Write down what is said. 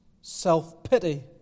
self-pity